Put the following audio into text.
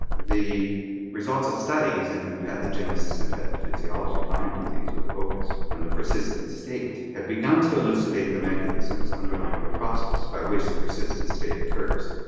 the results of studies into the pathogenesis and pathophysiology of lyme disease where the focus on the persistent state have began to elucidate the mechanisms underlying the process by which the persistent state occurs.